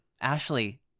Ashley